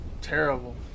terrible